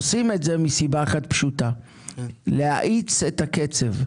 עושים את זה מסיבה אחת פשוטה והיא כדי להאיץ את הקצב,